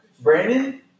Brandon